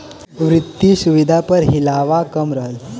वित्तिय सुविधा प हिलवा कम रहल